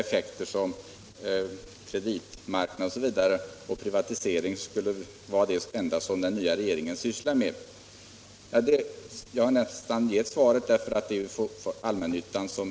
Herr Claeson hävdar att privatisering skulle vara det enda som den nya regeringen sysslar med. Påståendet är självfallet felaktigt.